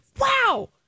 wow